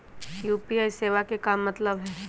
UPI सेवा के का मतलब है?